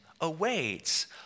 awaits